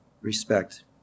respect